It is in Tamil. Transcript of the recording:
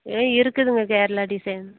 ஆ இருக்குதுங்க கேரளா டிசைன்